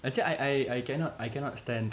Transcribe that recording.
actually I I cannot I cannot stand